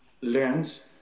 learns